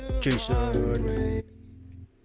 jason